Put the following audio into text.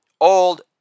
old